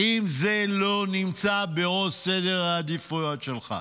אם זה לא נמצא בראש סדר העדיפויות שלך?